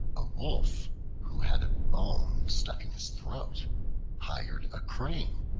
a wolf who had a bone stuck in his throat hired a crane,